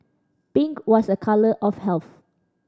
pink was a colour of health